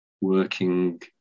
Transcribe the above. working